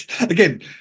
Again